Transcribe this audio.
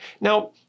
Now